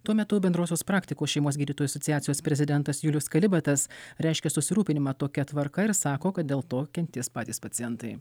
tuo metu bendrosios praktikos šeimos gydytojų asociacijos prezidentas julius kalibatas reiškia susirūpinimą tokia tvarka ir sako kad dėl to kentės patys pacientai